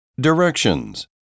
Directions